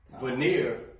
veneer